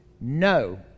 No